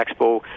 Expo